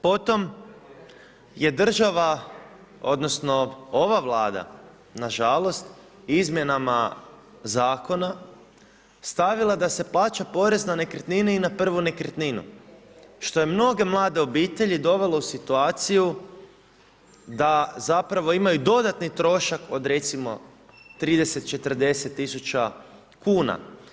Potom je država, odnosno ova Vlada, nažalost, izmjenama Zakona stavila da se plaća porez na nekretnine i na prvu nekretninu, što je mnoge mlade obitelji dovelo u situaciju da zapravo, imaju dodatni trošak od recimo 30-40 tisuća kuna.